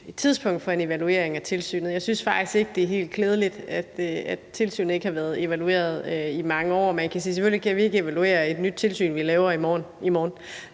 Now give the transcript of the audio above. et tidspunkt for en evaluering af tilsynet. Jeg synes faktisk ikke, det er helt klædeligt, at tilsynet ikke har været evalueret i mange år. Jeg kan sige, at selvfølgelig kan vi ikke evaluere et nyt tilsyn, vi laver i morgen,